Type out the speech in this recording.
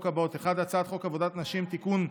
האלה: 1. הצעת חוק עבודת נשים (תיקון,